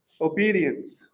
obedience